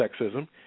sexism